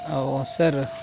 sir